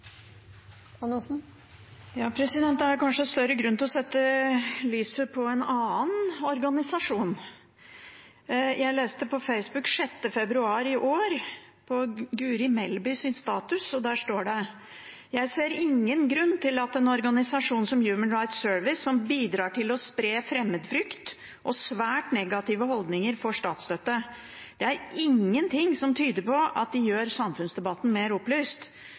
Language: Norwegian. kanskje større grunn til å sette søkelyset på en annen organisasjon. Jeg leste på Facebook 6. februar i år, på Guri Melbys status, og der sto det: «Jeg ser ingen grunn til at en organisasjon som HRS, som bidrar til å spre fremmedfrykt og svært negative holdninger, skal få statsstøtte. Det er ingenting som tyder på at de gjør samfunnsdebatten mer opplyst,